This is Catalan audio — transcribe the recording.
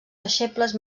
deixebles